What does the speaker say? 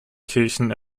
kirchen